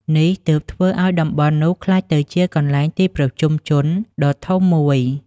នេះទើបធ្វើឪ្យតំបន់នោះក្លាយទៅជាកន្លែងទីប្រជុំជនដ៏ធំមួយ។